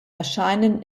erscheinen